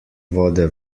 vode